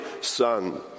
Son